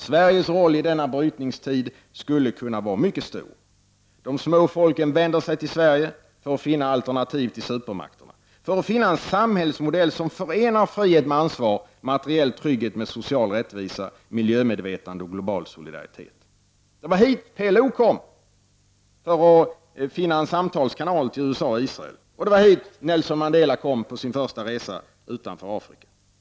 Sveriges roll i denna brytningstid skulle kunna vara mycket stor. De små folken vänder sig till Sverige för att finna alternativ till supermakterna, för att finna en samhällsmodell som förenar frihet med ansvar och materiell trygghet med social rättvisa, miljömedvetande och global solidaritet. Det var hit PLO kom för att finna en samtalskanal till USA och Israel, och det var hit Nelson Mandela kom på sin första resa utanför Afrika.